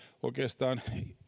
oikeastaan